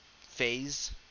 phase